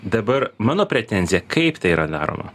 dabar mano pretenzija kaip tai yra daroma